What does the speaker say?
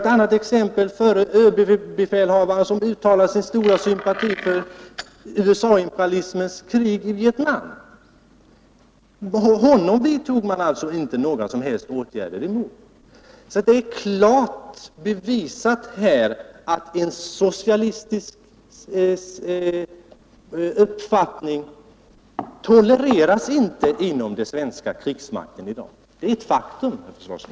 Eller se på exemplet med förre överbefälhavaren, som uttalade sin stora sympati för USA-imperialismens krig i Vietnam. Honom vidtog man inga som helst åtgärder mot. Nej, det är klart bevisat att en soci listisk uppfattning inte tolereras inom den svenska krigsmakten i dag. Det är ett faktum, herr försvarsminister!